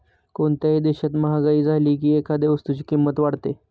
कोणत्याही देशात महागाई झाली की एखाद्या वस्तूची किंमत वाढते